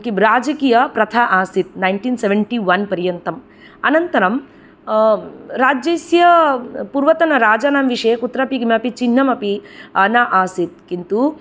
किं राजकीयप्रथा आसीत् नैण्टिन् सेवेण्टि वन् पर्यन्तम् अनन्तरं राज्यस्य पूर्वतनराजानां विषये कुत्रापि किमपि चिह्नमपि न आसीत् किन्तु